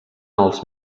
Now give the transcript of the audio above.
els